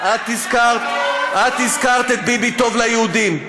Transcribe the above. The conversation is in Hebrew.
את הזכרת את "ביבי טוב ליהודים",